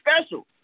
special